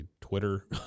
Twitter